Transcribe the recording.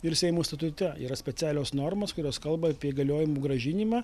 ir seimo statute yra specialios normos kurios kalba apie įgaliojimų grąžinimą